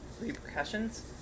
repercussions